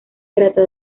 trata